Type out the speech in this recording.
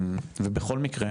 ובכל מקרה,